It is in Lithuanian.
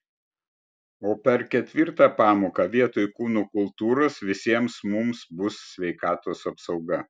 o per ketvirtą pamoką vietoj kūno kultūros visiems mums bus sveikatos apsauga